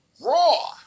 Raw